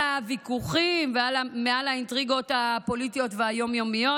הוויכוחים ומעל האינטריגות הפוליטיות והיום-יומיות.